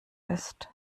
ist